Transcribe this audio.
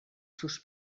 sus